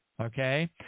Okay